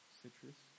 citrus